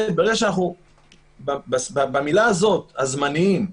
במילה הזו "הזמניים",